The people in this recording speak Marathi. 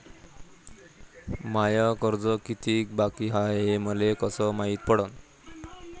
माय कर्ज कितीक बाकी हाय, हे मले कस मायती पडन?